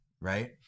right